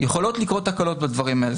יכולות לקרות תקלות בדברים האלה.